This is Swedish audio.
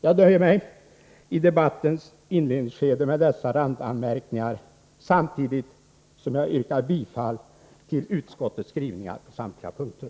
Jag nöjer mig i debattens inledningsskede med dessa randanmärkningar, samtidigt som jag yrkar bifall till utskottets skrivningar på samtliga punkter.